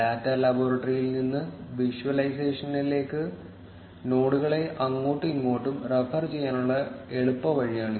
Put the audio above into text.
data ലബോറട്ടറിയിൽ നിന്ന് വിഷ്വലൈസേഷനിലേക്ക് നോഡുകളെ അങ്ങോട്ടും ഇങ്ങോട്ടും റഫർ ചെയ്യാനുള്ള എളുപ്പവഴിയാണിത്